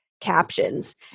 captions